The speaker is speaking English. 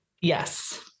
yes